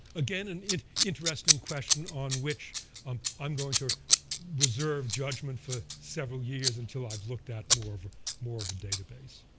again, and an interesting question on which um i'm going to reserve judgment for several years until i've looked at more of more of a database.